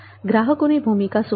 ગ્રાહકોની ભૂમિકા સુનિશ્ચિત કરો